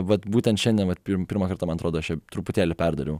vat būtent šiandien vat pirmą kartą man atrodo aš ją truputėlį perdariau